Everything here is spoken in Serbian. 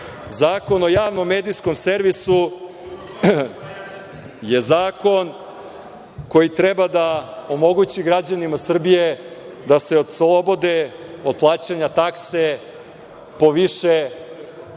o javnom medijskom servisu je zakon koji treba da omogući građanima Srbije da se oslobode od plaćanja takse po više